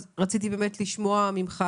רציתי לשאול אותך,